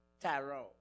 Tyrone